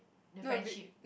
the friendship